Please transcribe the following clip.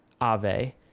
Ave